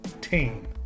team